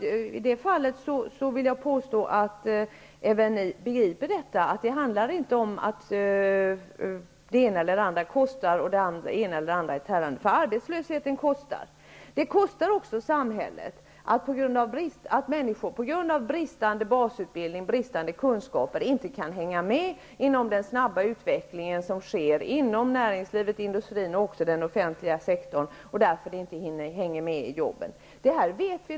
I det fallet vill jag påstå att även ni begriper detta. Det handlar inte om att det ena eller andra kostar och att det ena eller andra är tärande utan om att arbetslösheten kostar. Det kostar också samhället att människor på grund av bristande basutbildning, bristande kunskaper, inte kan hänga med i den snabba utveckling som sker inom näringslivet, inom industrin och också inom den offentliga sektorn och därför inte hänger med i jobbet. Detta vet vi.